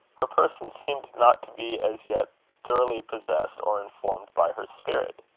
her person seemed not to be as yet thoroughly possessed or informed by her spirit.